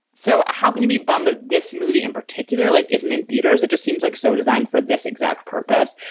so how can you be bummed at this movie in particular. like isn't in theaters. it just seems like so designed for this exact purpose.